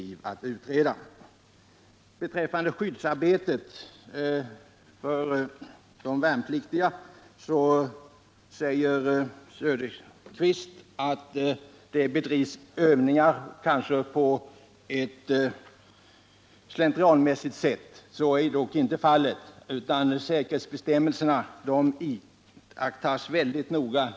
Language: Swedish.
I samband med att Oswald Söderqvist tog upp skyddsarbetet för de värnpliktiga sade han att det bedrivs övningar på ett kanske slentrianmässigt sätt. Så är dock inte fallet. Säkerhetsbestämmelserna iakttas väldigt noga.